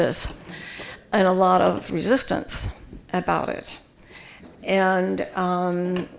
this and a lot of resistance about it and